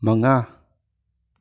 ꯃꯉꯥ